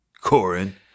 Corin